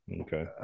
okay